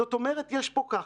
זאת אומרת, יש פה ככה: